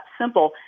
simple